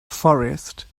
forest